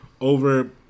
over